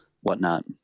whatnot